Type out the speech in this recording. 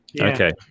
Okay